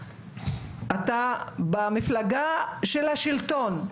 אתה במפלגה של השלטון,